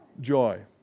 joy